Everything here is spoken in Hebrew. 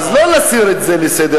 אז לא להסיר את זה מסדר-היום.